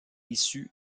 issu